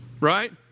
Right